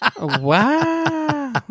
Wow